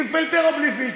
עם פילטר או בלי פילטר?